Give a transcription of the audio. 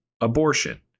abortion